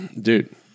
Dude